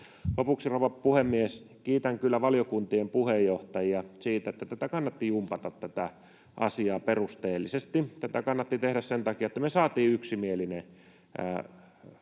Lopuksi, rouva puhemies, kiitän kyllä valiokuntien puheenjohtajia siitä, että tätä asiaa kannatti jumpata perusteellisesti. Tätä kannatti tehdä sen takia, että me saatiin yksimielinen